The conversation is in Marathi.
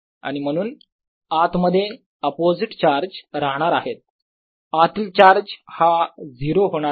आणि म्हणून आत मध्ये अपोझिट चार्ज राहणार आहेत आतील चार्ज हा 0 होणार नाही